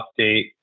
update